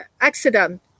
accident